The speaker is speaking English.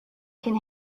can